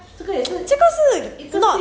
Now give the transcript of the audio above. drama